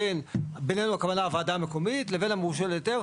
בינינו הכוונה הוועדה המקומית לבין המורשה להיתר,